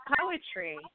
poetry